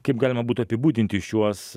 kaip galima būtų apibūdinti šiuos